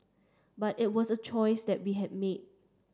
but it was a choice that we had made